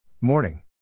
Morning